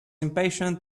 impatient